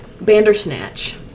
Bandersnatch